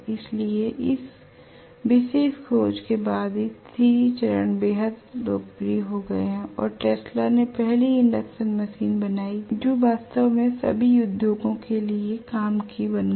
इसलिए इस विशेष खोज के बाद ही 3 चरण बेहद लोकप्रिय हो गए और टेस्ला ने पहली इंडक्शन मशीन बनाई जो वास्तव में सभी उद्योगों के लिए काम की बन गई